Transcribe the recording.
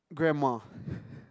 grandma